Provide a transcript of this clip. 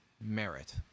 merit